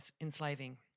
enslaving